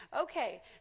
Okay